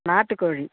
நாட்டுக்கோழி